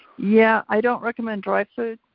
yeah, i don't recommend dry food.